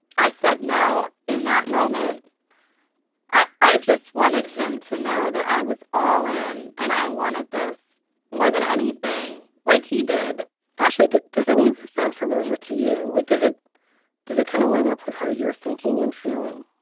i said no in that moment i i just wanted him to know that i was all in and i wanted this more than anything like he did ashley does any of this sound familiar to you? like does it does it kind of line up with how you're thinking and feeling?